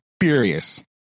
furious